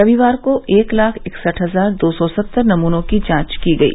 रविवार को एक लाख इकसठ हजार दो सौ सत्तर नमूनों की जांच की गयी